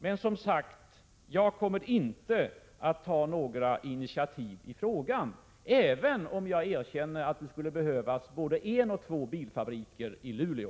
Men, som sagt, jag kommer inte att ta några initiativ i frågan. Ändå erkänner jag att det skulle behövas både en och två bilfabriker i Luleå.